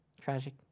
tragic